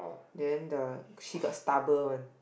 then the she got stumble one